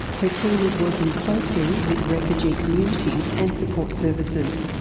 her team is working closely with refugee communities and support services.